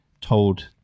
told